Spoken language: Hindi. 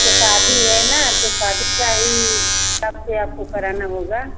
उसकी शादी है ना तो शादी की ही पर आपको कराना होगा